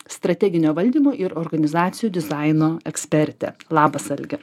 strateginio valdymo ir organizacijų dizaino ekspertė labas alge